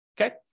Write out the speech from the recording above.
okay